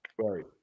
right